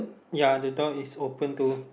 ya the door is open too